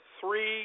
three